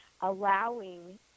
Allowing